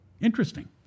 Interesting